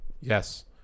yes